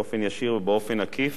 באופן ישיר ובאופן עקיף,